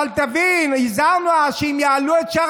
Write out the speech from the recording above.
אבל תבין שהזהרנו אז שאם יעלו את שאר